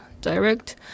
direct